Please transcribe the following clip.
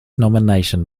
nomination